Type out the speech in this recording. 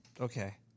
okay